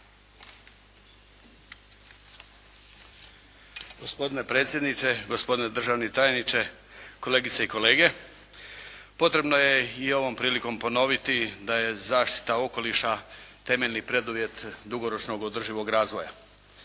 Gospodine predsjedniče, gospodine državni tajniče, kolegice i kolege. Potrebno je i ovom prilikom ponoviti da je zaštita okoliša temeljni preduvjet dugoročnog održivog razvoja,